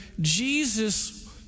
Jesus